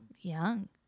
young